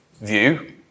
view